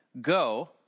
go